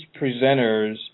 presenters